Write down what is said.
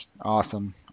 Awesome